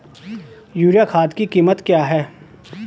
Urea खाद की कीमत क्या है?